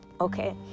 okay